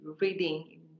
reading